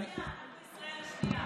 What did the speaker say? אנחנו ישראל השנייה, אנחנו ישראל השנייה.